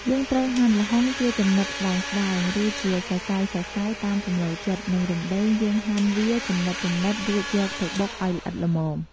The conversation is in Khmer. យើងត្រូវហាន់ល្ហុងជាចំណិតស្តើងៗ រឺជាសរសៃៗ តាមចំណូលចិត្ត និងរំដេងយើងហាន់វាចំណិតៗរួចយកទៅបុកអោយល្អិតល្មម។